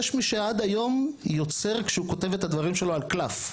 יש מי שעד היום יוצר כשהוא כותב את הדברים שלו על קלף.